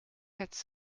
quatre